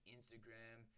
Instagram